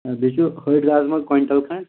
بیٚیہِ چھُ ۂڑۍ رازاما کویِنٹَل کھنٛڈ